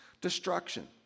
destruction